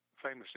famous